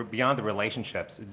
beyond the relationships,